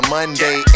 Monday